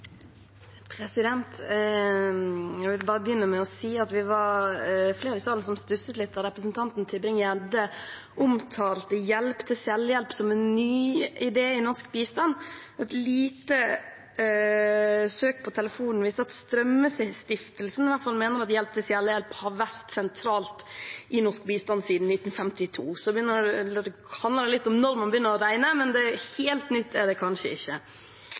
omtalte hjelp til selvhjelp som en ny idé i norsk bistand. Et lite søk på telefonen viste at Strømmestiftelsen i hvert fall mener at hjelp til selvhjelp har vært sentralt i norsk bistand siden 1952. Det handler vel litt om når man begynner å regne, men helt nytt er det kanskje ikke.